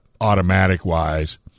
automatic-wise